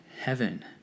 heaven